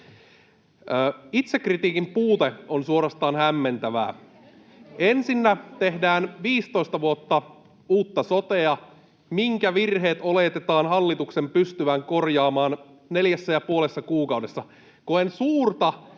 välihuuto — Antti Kurvisen välihuuto] Ensinnä tehdään 15 vuotta uutta sotea, minkä virheet oletetaan hallituksen pystyvän korjaamaan neljässä ja puolessa kuukaudessa. Koen suurta